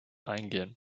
eingehen